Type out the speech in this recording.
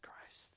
Christ